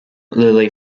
lilly